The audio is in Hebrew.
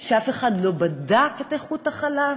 שאף אחד לא בדק את איכות החלב.